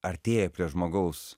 artėja prie žmogaus